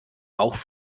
bauch